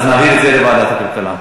אז נעביר את זה לוועדת הכלכלה.